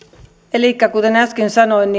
elikkä kuten äsken sanoin